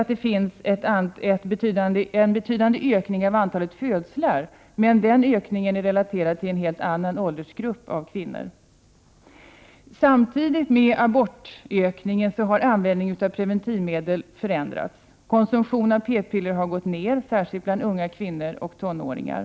Det har varit en betydande ökning av antalet födslar, men den ökningen är relaterad till en helt annan åldersgrupp av kvinnor. Samtidigt med ökningen av antalet aborter har användningen av preventivmedel förändrats. Konsumtionen av p-piller har gått ner, särskilt bland unga kvinnor och tonåringar.